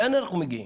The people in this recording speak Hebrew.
לאן אנחנו מגיעים?